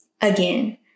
Again